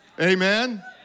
Amen